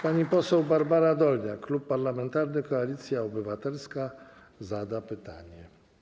Pani poseł Barbara Dolniak, Klub Parlamentarny Koalicja Obywatelska, zada pytanie.